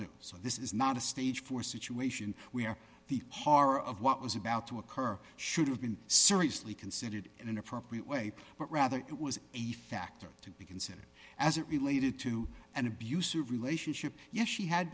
do so this is not a stage for situation where the horror of what was about to occur should have been seriously considered in an appropriate way but rather it was a factor to be considered as it related to an abusive relationship yes she had